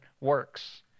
works